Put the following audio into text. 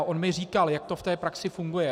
On mi říkal, jak to v praxi funguje.